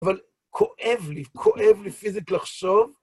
אבל כואב לי, כואב לי פיזית לחשוב.